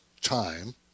time